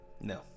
no